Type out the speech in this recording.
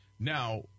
Now